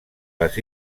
les